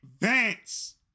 Vance